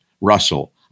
Russell